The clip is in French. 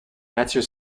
mathieu